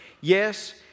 Yes